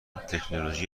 تکنولوژی